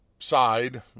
Side